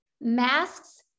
masks